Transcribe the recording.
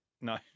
No